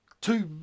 two